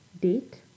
date